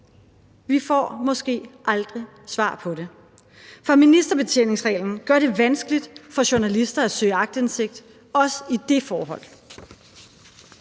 Vi får måske aldrig svar på det, for ministerbetjeningsreglen gør det vanskeligt for journalister at søge aktindsigt, også i det forhold.